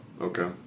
okay